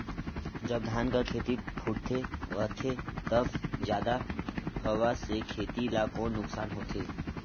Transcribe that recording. जब धान कर खेती फुटथे रहथे तब जादा हवा से खेती ला कौन नुकसान होथे?